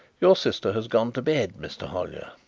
your sister has gone to bed, mr. hollyer.